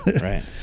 Right